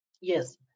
yes